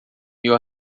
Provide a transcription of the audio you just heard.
mil